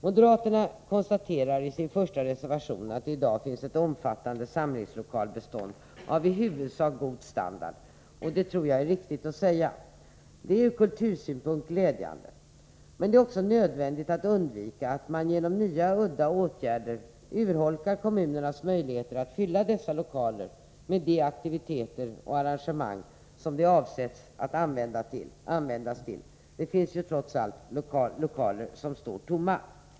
Moderaterna konstaterar i sin första reservation att det i dag finns ett omfattande samlingslokalsbestånd av i huvudsak god standard. Det tror jag är riktigt. Det är ur kultursynpunkt glädjande, men det är också nödvändigt att undvika att man genom nya udda åtgärder urholkar kommunernas möjligheter att fylla dessa lokaler med de aktiviteter och arrangemang som de avsetts att användas till. Det finns ju trots allt lokaler som står tomma.